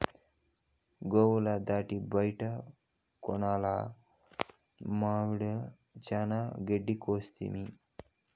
గోవుల దానికి బైట కొనుడేల మామడిల చానా గెడ్డి కోసితిమి